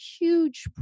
huge